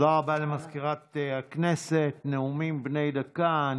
הצעת חוק נציבות תלונות הציבור על מייצגי המדינה בערכאות (תיקון,